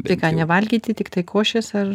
tai ką nevalgyti tiktai košės ar